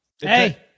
Hey